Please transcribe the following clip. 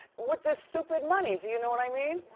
with the stupid money, do you know what i mean?